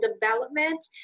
development